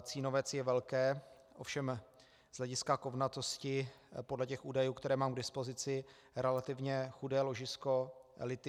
Cínovec je velké, ovšem z hlediska kovnatosti podle těch údajů, které mám k dispozici, relativně chudé ložisko lithia.